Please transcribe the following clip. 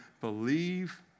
believe